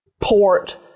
port